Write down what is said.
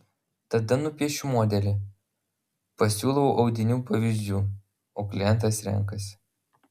tada nupiešiu modelį pasiūlau audinių pavyzdžių o klientas renkasi